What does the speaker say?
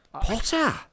Potter